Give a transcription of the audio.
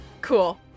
Cool